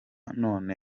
none